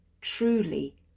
truly